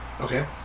Okay